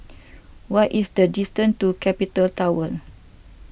what is the distance to Capital Tower